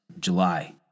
July